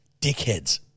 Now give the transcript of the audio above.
dickheads